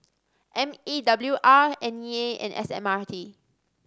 M E W R N E A and S M R T